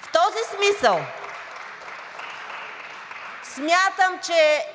В този смисъл смятам, че